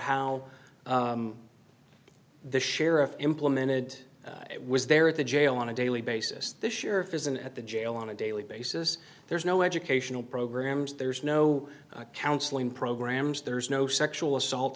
how the sheriff implemented was there at the jail on a daily basis this sheriff isn't at the jail on a daily basis there's no educational programs there's no counseling programs there's no sexual assault